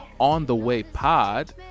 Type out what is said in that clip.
OnTheWayPod